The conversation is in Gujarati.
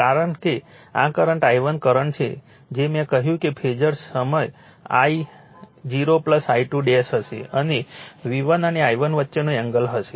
અને આ કરંટ I1 કરંટ છે જે મેં કહ્યું તે ફેઝર સમ I0 I2 હશે અને V1 અને I1 વચ્ચેનો એંગલ હશે